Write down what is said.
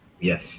yes